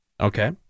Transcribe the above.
Okay